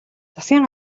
засгийн